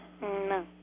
No